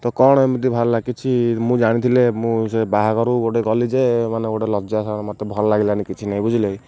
ତ କ'ଣ ଏମିତି କିଛି ମୁଁ ଜାଣିଥିଲି ମୁଁ ସେ ବାହାଘରୁ ଗୋଟେ ଗଲି ଯେ ମାନେ ଗୋଟେ ଲଜ୍ଜା ମୋତେ ଭଲ ଲାଗିଲାନି କିଛି ନଁ ବୁଝିଲେ